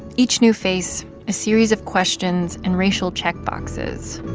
each new face, a series of questions and racial checkboxes